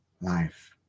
life